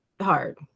hard